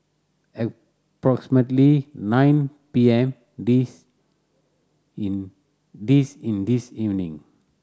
approximately nine P M this in this in this evening